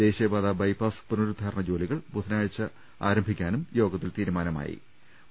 ദേശീയപാത ബൈപ്പാസ് പുന രുദ്ധാരണ ജോലികൾ ബുധനാഴ്ച ആരംഭിക്കാനും യോഗത്തിൽ തീരുമാന മായി